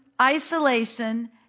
isolation